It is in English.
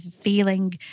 feeling